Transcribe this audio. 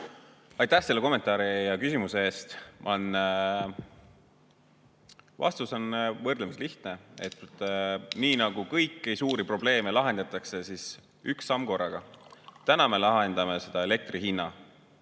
Aitäh selle kommentaari ja küsimuse eest! Vastus on võrdlemisi lihtne: kõiki suuri probleeme lahendatakse üks samm korraga. Täna me lahendame elektri hinna